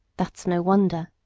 that's no wonder,